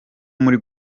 muri